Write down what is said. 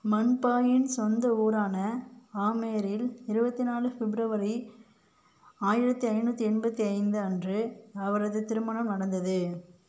மன் பாயின் சொந்த ஊரான ஆமேரில் இருபத்தினாலு பிப்ரவரி ஆயிரத்தி ஐநூற்றி எண்பத்தைந்து அன்று அவரது திருமணம் நடந்தது